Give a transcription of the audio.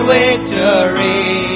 victory